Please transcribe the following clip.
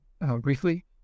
briefly